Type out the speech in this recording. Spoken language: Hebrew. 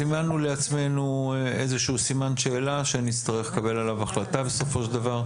סימנו לעצמנו איזשהו סימן שאלה שנצטרך לקבל עליו החלטה בסופו של דבר.